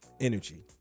energy